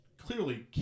clearly